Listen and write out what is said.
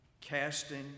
casting